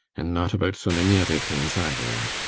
and not about so many other things, either.